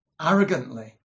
arrogantly